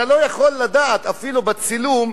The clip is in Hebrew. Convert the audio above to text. אתה לא יכול לדעת, אפילו בצילום,